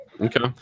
Okay